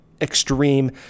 extreme